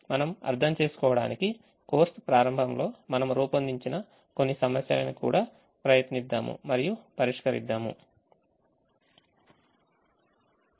మనము అర్థం చేసుకోవడానికి కోర్సు ప్రారంభంలో మనము రూపొందించిన కొన్ని సమస్యలను కూడాప్రయత్నిద్దాము మరియు పరిష్కరిద్దాము